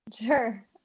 Sure